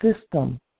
system